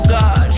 God